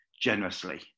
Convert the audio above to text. generously